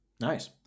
nice